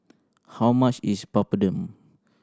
how much is Papadum